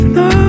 no